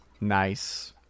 Nice